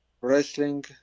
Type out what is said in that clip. wrestling